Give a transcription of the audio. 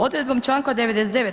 Odredbom članka 99.